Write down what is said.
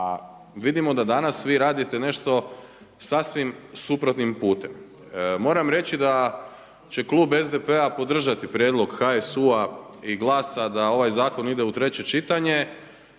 vidimo da danas vi radite nešto sasvim suprotnim putem. Moram reći da će Klub SDP-a podržati prijedlog HSU-a i Glasa da ovaj Zakon ide u treće čitanje